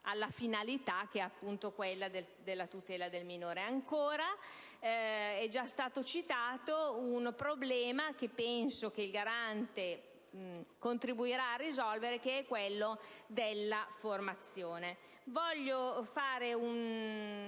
alla finalità che è, appunto, quella della tutela del minore. È già stato citato un problema che penso il Garante contribuirà a risolvere: mi riferisco a quello della formazione. Voglio fare una